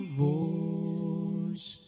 voice